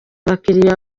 abakiriya